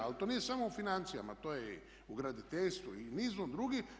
Ali to nije samo u financijama, to je i u graditeljstvu i u nizu drugih.